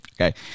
Okay